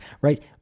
right